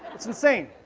it's insane.